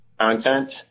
content